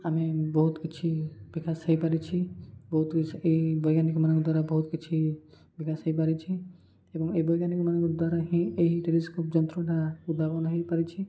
ଆମେ ବହୁତ କିଛି ବିକାଶ ହେଇପାରିଛି ବହୁତ କିଛି ଏହି ବୈଜ୍ଞାନିକ ମାନଙ୍କ ଦ୍ୱାରା ବହୁତ କିଛି ବିକାଶ ହେଇପାରିଛି ଏବଂ ଏହି ବୈଜ୍ଞାନିକ ମାନଙ୍କ ଦ୍ୱାରା ହିଁ ଏହି ଟେଲିସ୍କୋପ୍ ଯନ୍ତ୍ରଟା ଉଦ୍ଭାବନ ହେଇପାରିଛି